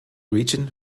region